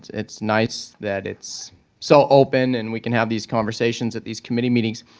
it's it's nice that it's so open and we can have these conversations at these committee meetings.